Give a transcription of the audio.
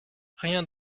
rien